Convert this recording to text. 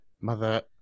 Mother